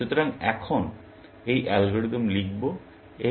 সুতরাং এখন এই অ্যালগরিদম লিখব